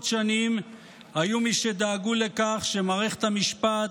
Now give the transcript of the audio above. שנים היו מי שדאגו לכך שמערכת המשפט,